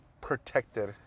protected